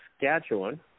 Saskatchewan